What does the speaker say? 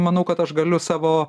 manau kad aš galiu savo